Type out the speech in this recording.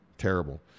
terrible